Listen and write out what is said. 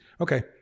Okay